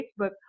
Facebook